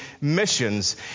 missions